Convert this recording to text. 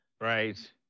Right